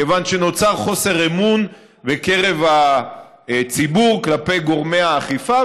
כיוון שנוצר חוסר אמון בקרב הציבור כלפי גורמי האכיפה,